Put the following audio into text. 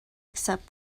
accept